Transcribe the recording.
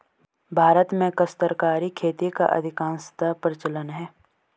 भारत में काश्तकारी खेती का अधिकांशतः प्रचलन है